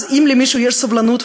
אז אם למישהו יש סבלנות,